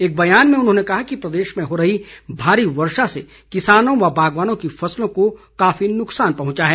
एक बयान में उन्होंने कहा कि प्रदेश में हो रही भारी वर्षा से किसानों व बागवानों की फसलों को काफी नुकसान पहुंचा है